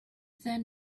then